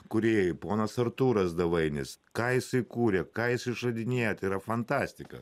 kūrėjai ponas artūras davainis ką jisai kuria ką jis išradinėja tai yra fantastika